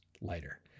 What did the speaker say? lighter